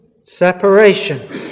separation